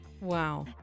Wow